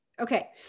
Okay